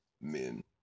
men